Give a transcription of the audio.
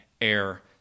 air